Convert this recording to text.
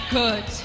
good